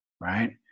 Right